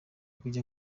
kujya